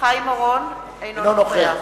חיים אורון, אינו נוכח